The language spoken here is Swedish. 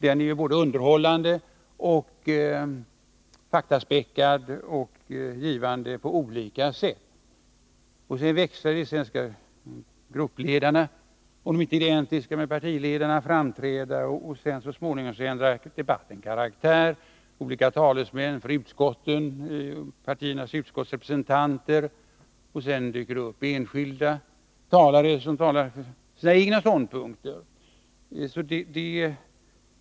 Den är både underhållande, faktaspäckad och givande på olika sätt. Sedan växlade det. Därefter skulle gruppledarna — om de inte är identiska med partiledarna — framträda, och så småningom ändrade debatten karaktär. Då kom olika talesmän för utskotten och partiernas utskottsrepresentanter. Sedan dök det upp enskilda talare, som talade för sina egna ståndpunkter.